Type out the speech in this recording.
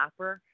lapper